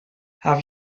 have